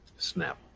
snap